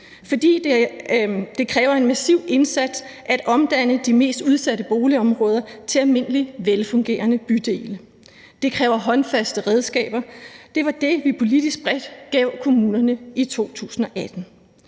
fordi det kræver en massiv indsats at omdanne de mest udsatte boligområder til almindelige, velfungerende bydele. Det kræver håndfaste redskaber, og det var det, vi politisk bredt gav kommunerne i 2018.